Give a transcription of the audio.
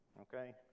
Okay